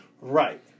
right